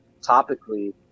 topically